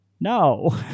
No